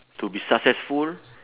to be successful